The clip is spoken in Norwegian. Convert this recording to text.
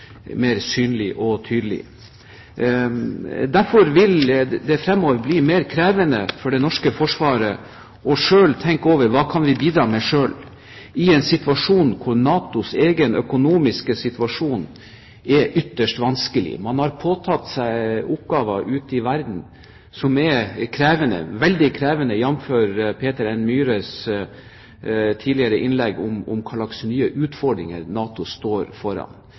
mer synlig og tydelig. Derfor vil det fremover bli mer krevende for det norske forsvaret å tenke over hva vi selv kan bidra med i en situasjon hvor NATOs egen økonomiske situasjon er ytterst vanskelig. Man har påtatt seg oppgaver ute i verden som er krevende, veldig krevende, jf. Peter N. Myhres innlegg her tidligere om hvilke nye utfordringer NATO står foran.